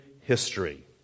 history